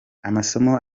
amasomo